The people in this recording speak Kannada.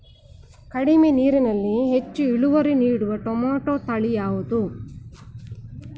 ಕಡಿಮೆ ನೀರಿನಲ್ಲಿ ಹೆಚ್ಚು ಇಳುವರಿ ನೀಡುವ ಟೊಮ್ಯಾಟೋ ತಳಿ ಯಾವುದು?